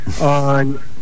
On